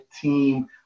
team